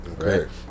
Okay